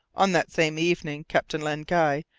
on that same evening captain len guy,